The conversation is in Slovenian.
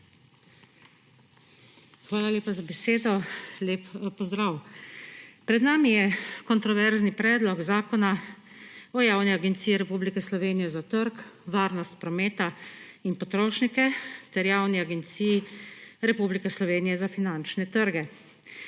Hvala lepa za besedo, lep pozdrav. Pred nami je kontroverzni predlog Zakona o Javni agenciji Republiki Slovenije za trg, varnost prometa in potrošnike ter Javni agenciji Republike Slovenije za finančne trge.